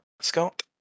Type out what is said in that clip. Scott